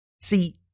see